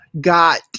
got